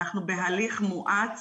אנחנו בהליך מואץ